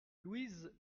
louise